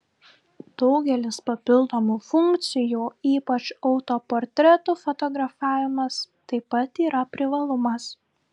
daugelis papildomų funkcijų ypač autoportretų fotografavimas taip pat yra privalumas